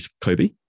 Kobe